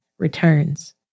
Returns